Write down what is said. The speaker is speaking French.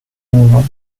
union